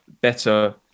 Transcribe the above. better